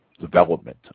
development